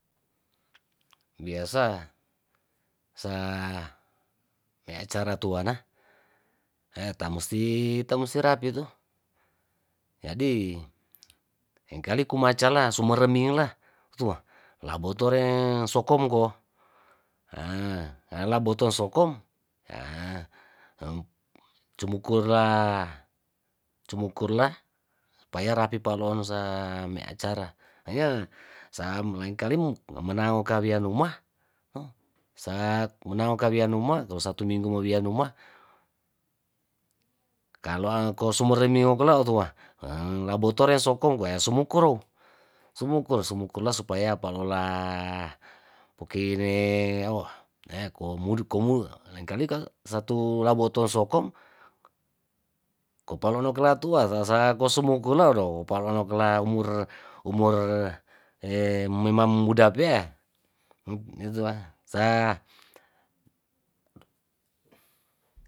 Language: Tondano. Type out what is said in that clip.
biasa sa me acara tuana hee tamusti tamusti rapi toh jadi lengkali kumacara sumeremila otua labotoreng so komko ahh laboto sokom ahh am cemukura cemukurla supaya rapi paloon sa me acara hanya sa lengkali menawo kawianuma ohh sak menangkawinanuma kalo satuminggu mowianuma kalo ko sumere nio okela tua ahh labotong eso kong sumukuru sumurla supaya palola pukiine ohh nehh komud komu lengkali ka satu labotol sokong kopalo nokelatua sasa kosumukule odoh panua nokela umur umur memang muda pea nitu nitua sa.